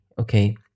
Okay